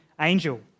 angel